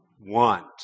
want